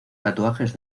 tatuajes